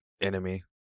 enemy